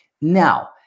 Now